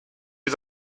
die